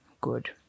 good